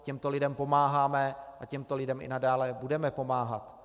Těmto lidem pomáháme a těmto lidem i nadále budeme pomáhat.